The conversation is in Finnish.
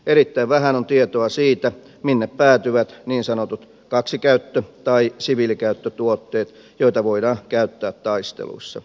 erittäin vähän on tietoa siitä minne päätyvät niin sanotut kaksikäyttö tai siviilikäyttötuotteet joita voidaan käyttää taisteluissa